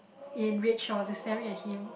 in red trousers staring at him